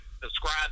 Subscribe